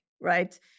right